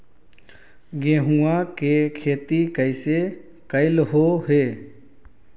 गेहूआ के खेती कैसे कैलहो हे?